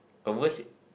converse